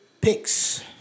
picks